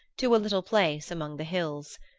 to a little place among the hills.